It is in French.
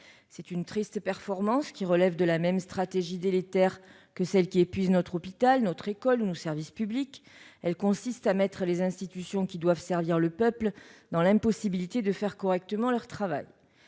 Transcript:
C'est une triste performance, qui relève de la même stratégie délétère que celle qui épuise notre hôpital, notre école ou nos services publics ; elle consiste à mettre les institutions qui doivent servir le peuple dans l'impossibilité de faire correctement leur travail.